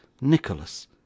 Nicholas